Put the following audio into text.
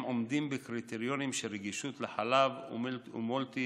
עומדים בקריטריונים של רגישות לחלב ומולטי-אלרגיה,